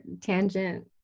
tangent